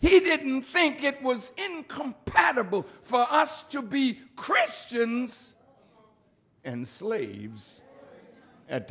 he didn't think it was incompatible for us to be christians and slaves at